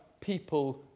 people